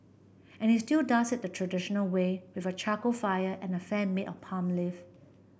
and he still does it the traditional way with a charcoal fire and a fan made of palm leaf